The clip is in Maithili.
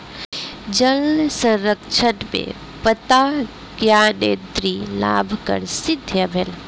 जल संरक्षण में पत्ता ज्ञानेंद्री लाभकर सिद्ध भेल